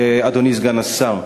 אדוני סגן השר,